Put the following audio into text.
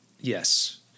Yes